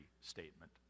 statement